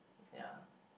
ya